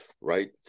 right